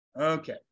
Okay